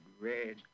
red